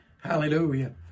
hallelujah